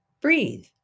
breathe